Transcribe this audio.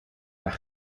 haar